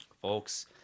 folks